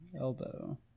elbow